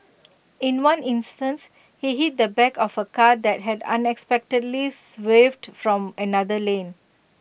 in one instance he hit the back of A car that had unexpectedly waved from another lane